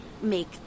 make